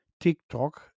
TikTok